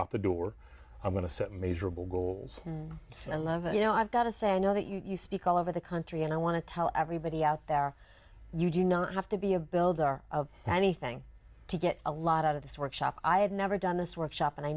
out the door i'm going to set measurable goals and i love you know i've got to say i know that you speak all over the country and i want to tell everybody out there you do not have to be a builder of anything to get a lot out of this workshop i have never done this workshop and i